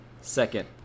second